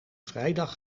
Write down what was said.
vrijdag